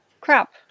crap